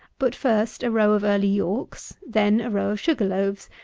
put first a row of early yorks, then a row of sugar-loaves,